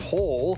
Poll